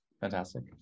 Fantastic